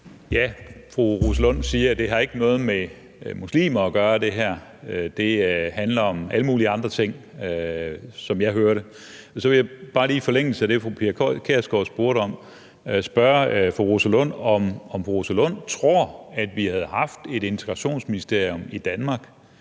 Fru Rosa Lund siger, at det her ikke har noget med muslimer at gøre, og at det handler om alle mulige andre ting, som jeg hører det. Så vil jeg bare lige i forlængelse af det, fru Pia Kjærsgaard spurgte om, spørge fru Rosa Lund, om fru Rosa Lund tror, at vi havde haft et integrationsministerium i Danmark,